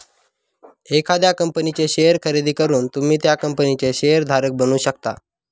एखाद्या कंपनीचे शेअर खरेदी करून तुम्ही त्या कंपनीचे शेअर धारक बनू शकता